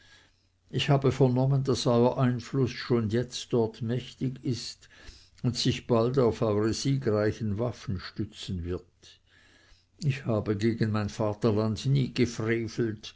ich habe vernommen daß euer einfluß schon jetzt dort mächtig ist und sich bald auf eure siegreichen waffen stützen wird ich habe gegen mein vaterland nie